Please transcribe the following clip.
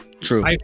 True